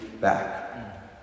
back